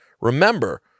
remember